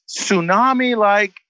tsunami-like